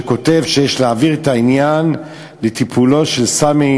הוא כותב שיש להעביר את העניין לטיפולו של סמי